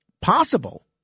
possible